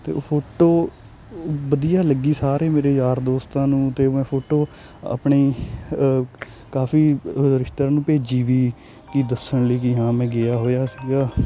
ਅਤੇ ਉਹ ਫੋਟੋ ਵਧੀਆ ਲੱਗੀ ਸਾਰੇ ਮੇਰੇ ਯਾਰ ਦੋਸਤਾਂ ਨੂੰ ਅਤੇ ਉਹ ਮੈਂ ਫੋਟੋ ਆਪਣੀ ਕਾਫ਼ੀ ਰਿਸ਼ਤੇਦਾਰਾਂ ਨੂੰ ਭੇਜੀ ਵੀ ਕਿ ਦੱਸਣ ਲਈ ਕਿ ਹਾਂ ਮੈਂ ਗਿਆ ਹੋਇਆ ਸੀਗਾ